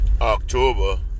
October